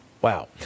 Wow